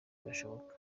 birashoboka